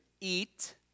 eat